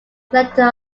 collector